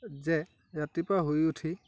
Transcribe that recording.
যে ৰাতিপুৱা শুই উঠি